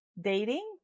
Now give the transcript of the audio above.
dating